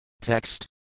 Text